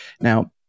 now